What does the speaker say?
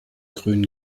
grünen